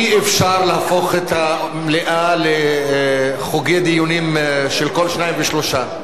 אי-אפשר להפוך את המליאה לחוגי דיונים של כל שניים ושלושה.